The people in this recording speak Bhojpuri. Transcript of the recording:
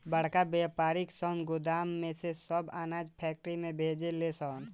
बड़का वायपारी सन गोदाम में से सब अनाज फैक्ट्री में भेजे ले सन